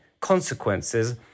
consequences